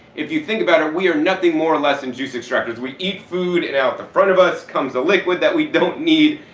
if you think about it, we are nothing more or less than juice extractors. we eat food and out the front of us comes the liquid that we don't need,